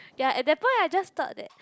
ya at that point I just thought that